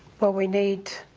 well, we need